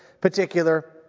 particular